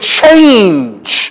change